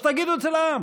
אז תגידו את זה לעם.